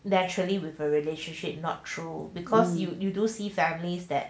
naturally with a relationship not true because you you do see families that